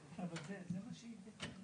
עליו זה התיקון